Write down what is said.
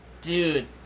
Dude